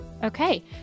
okay